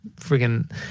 freaking